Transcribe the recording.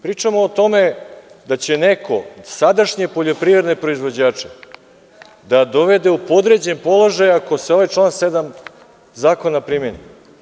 Pričamo o tome da će neko sadašnje poljoprivredne proizvođače da dovede u podređen položaj ako se ovaj član 7. zakona primeni.